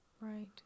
right